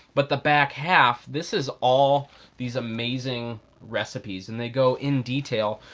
but the back half, this is all these amazing recipes and they go in detail.